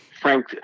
Frank